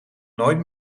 nooit